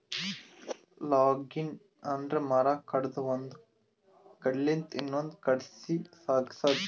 logging ಅಂದ್ರ ಮರ ಕಡದು ಒಂದ್ ಕಡಿಲಿಂತ್ ಇನ್ನೊಂದ್ ಕಡಿ ಸಾಗ್ಸದು